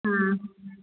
ꯑꯥ